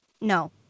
No